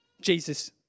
Jesus